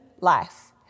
life